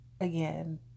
again